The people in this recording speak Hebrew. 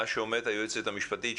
מה שאומרת היועצת המשפטית,